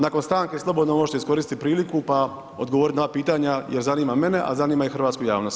Nakon stanke slobodno možete iskoristiti priliku pa odgovoriti na ova pitanja jer zanima mene, a zanima i hrvatsku javnost.